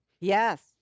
Yes